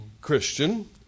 Christian